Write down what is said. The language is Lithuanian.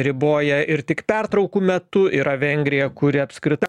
riboja ir tik pertraukų metu yra vengrija kuri apskritai